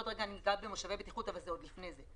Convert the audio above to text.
ועוד רגע אני אגע במושבי בטיחות אבל זה עוד לפני כן,